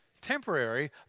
temporary